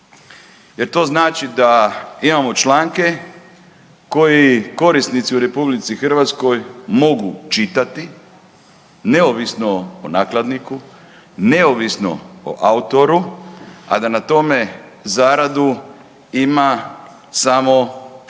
Jer to znači da imamo članke koji korisnici u RH mogu čitati neovisno o nakladniku, neovisno o autoru, a da na tome zaradu ima samo taj